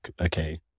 okay